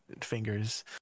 fingers